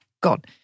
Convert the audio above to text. gone